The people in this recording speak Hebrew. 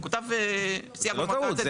זה לא טעות.